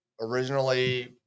originally